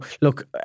look